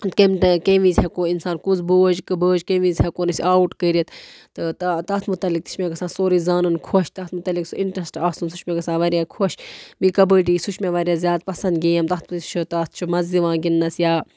کَمہِ ٹا کَمہِ وِزِ ہٮ۪کو اِنسان کُس بوج کُس بٲج کمہِ وِزِ ہٮ۪کہون أسۍ آوُٹ کٔرِتھ تہٕ تَتھ مُتعلق تہِ چھِ مےٚ گژھان سورُے زانُن خۄش تَتھ متعلِق سُہ اِنٹرٛسٹ آسُن سُہ چھُ مےٚ گژھان واریاہ خۄش بیٚیہِ کَبَڈی سُہ چھُ مےٚ واریاہ زیادٕ پَسنٛد گیم تَتھ منٛز چھُ تَتھ چھُ مَزٕ یِوان گِنٛدنَس یا